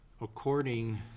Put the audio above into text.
According